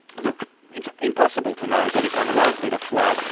look, it's impossible to know, but it's unlikely to fly.